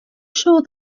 sure